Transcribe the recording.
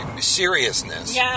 seriousness